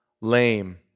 lame